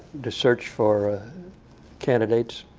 to search for candidates.